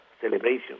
Celebration